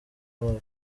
ntwali